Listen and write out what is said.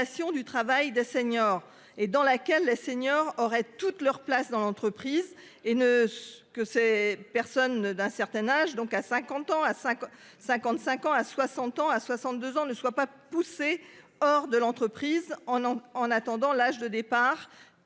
du travail des seniors et dans laquelle les seniors auraient toute leur place dans l'entreprise et ne que ces personnes d'un certain âge donc à 50 ans à 5 55 ans à 60 ans à 62 ans ne soient pas poussés hors de l'entreprise. En attendant l'âge de départ